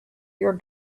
your